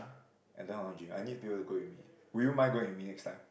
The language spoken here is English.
I don't know how to gym I need people to go with me would you mind going with me next time